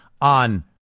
on